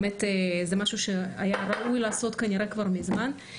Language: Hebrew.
באמת משהו שהיה ראוי לעשות כנראה כבר מזמן,